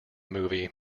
movie